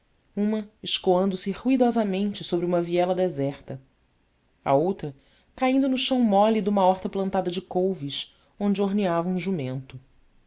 uma escoando se ruidosamente sobre uma viela deserta a outra caindo no chão mole de uma horta plantada de couves onde omeava um jumento